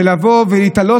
לבוא ולהיתלות,